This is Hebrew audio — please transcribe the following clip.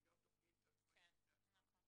שהיא גם תכנית עצמאית בפני עצמה.